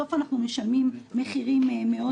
בסוף אנחנו משלמים מחירים מאוד מאוד כבדים.